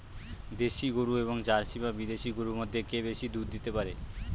দেশী গরু এবং জার্সি বা বিদেশি গরু মধ্যে কে বেশি দুধ দিতে পারে?